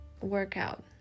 workout